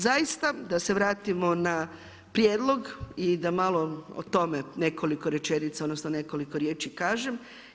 Zaista, da se vratimo na prijedlog i da malo o tome nekoliko rečenica, odnosno nekoliko riječi kažem.